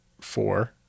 Four